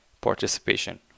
participation